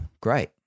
great